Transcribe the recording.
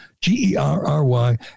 G-E-R-R-Y